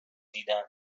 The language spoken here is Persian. دیدم